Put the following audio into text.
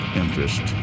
interest